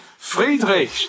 Friedrich